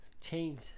Change